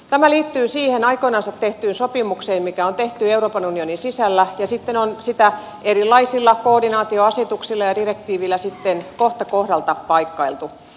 tämä liittyy siihen aikoinansa tehtyyn sopimukseen mikä on tehty euroopan unionin sisällä ja sitä on erilaisilla koordinaatioasetuksilla ja direktiiveillä sitten kohta kohdalta paikkailtu